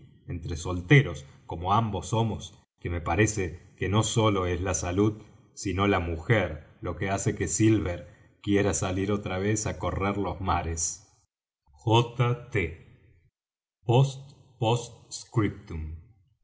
entre solteros como ambos somos que me parece que no sólo es la salud sino la mujer lo que hace que silver quiera salir otra vez á correr los mares j t